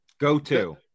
Go-to